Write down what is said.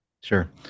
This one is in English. Sure